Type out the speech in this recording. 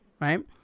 right